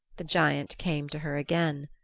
the giant came to her again.